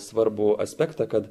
svarbų aspektą kad